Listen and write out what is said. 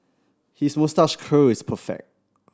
his moustache curl is perfect